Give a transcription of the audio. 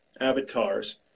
avatars